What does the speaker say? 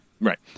Right